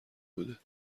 بوده